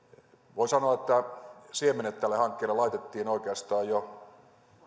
voi sanoa että siemenet tälle hankkeelle laitettiin oikeastaan jo